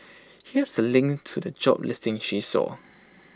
here's A link to the job listing she saw